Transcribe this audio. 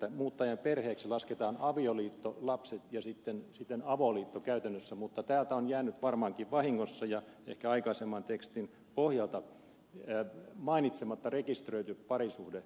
muuttajan perheeksi lasketaan avioliitto lapset ja siten avoliitto käytännössä mutta täältä on jäänyt varmaankin vahingossa ja ehkä aikaisemman tekstin pohjalta mainitsematta rekisteröity parisuhde